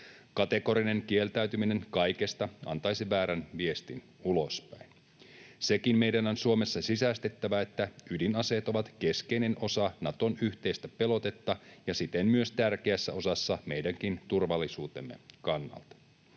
Kategorinen kieltäytyminen kaikesta antaisi väärän viestin ulospäin. Sekin meidän on Suomessa sisäistettävä, että ydinaseet ovat keskeinen osa Naton yhteistä pelotetta ja siten myös tärkeässä osassa meidänkin turvallisuutemme kannalta.